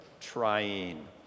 trying